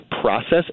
process